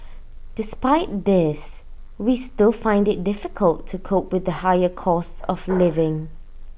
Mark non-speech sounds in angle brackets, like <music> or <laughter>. despite this we still find IT difficult to cope with the higher cost of <noise> living